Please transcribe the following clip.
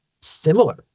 similar